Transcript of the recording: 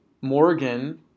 Morgan